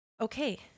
Okay